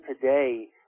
today